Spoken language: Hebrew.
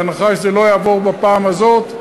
בהנחה שזה לא יעבור בפעם הזאת,